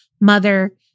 mother